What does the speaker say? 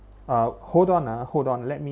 uh hold on ah hold on let me